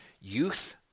youth